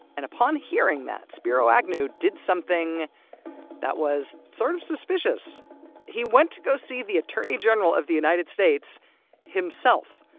and upon hearing that, spiro agnew did something that was sort of suspicious he went to go see the attorney general of the united states himself.